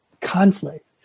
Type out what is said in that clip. conflict